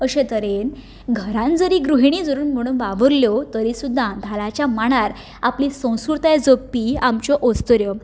अश्या तरेन घरान जरी ग्रहिणी म्हणून वावूरल्यो तरी सुद्दा धालांच्या मांडार आपली संस्कृताय जगपी आमच्यो अस्तुऱ्यो